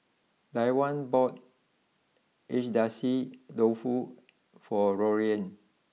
Dione bought Agedashi Dofu for Lorraine